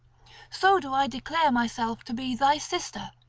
so do i declare myself to be thy sister,